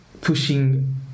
pushing